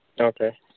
okay